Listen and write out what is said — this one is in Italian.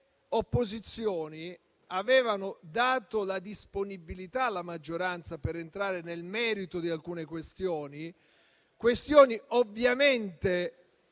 Le opposizioni avevano dato la disponibilità alla maggioranza di entrare nel merito di alcune questioni, ovviamente